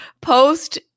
post